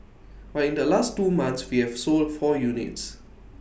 but in the last two months we have sold four units